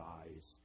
eyes